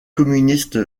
communiste